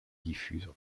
diffuse